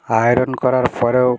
iron করার পরেও